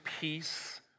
peace